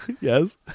Yes